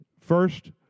first